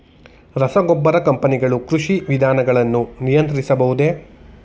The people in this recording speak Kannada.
ರಸಗೊಬ್ಬರ ಕಂಪನಿಗಳು ಕೃಷಿ ವಿಧಾನಗಳನ್ನು ನಿಯಂತ್ರಿಸಬಹುದೇ?